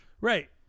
right